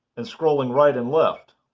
and scrolling right and left.